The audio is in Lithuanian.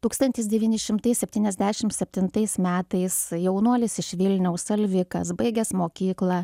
tūkstantis devyni šimtai septyniasdešimt septintais metais jaunuolis iš vilniaus alvikas baigęs mokyklą